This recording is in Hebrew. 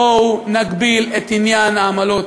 בואו נגביל את עניין העמלות: